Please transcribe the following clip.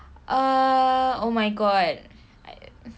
uh oh my god